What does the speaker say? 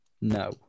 No